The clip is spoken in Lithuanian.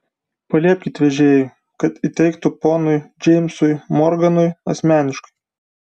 paliepkit vežėjui kad įteiktų ponui džeimsui morganui asmeniškai